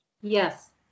Yes